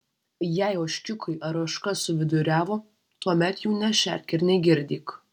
jei ožkiukai ar ožka suviduriavo tuomet jų nešerk ir negirdyk